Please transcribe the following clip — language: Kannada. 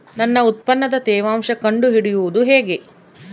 ನನ್ನ ಉತ್ಪನ್ನದ ತೇವಾಂಶ ಕಂಡು ಹಿಡಿಯುವುದು ಹೇಗೆ?